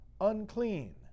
Unclean